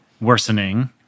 worsening